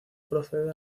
procede